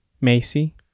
Macy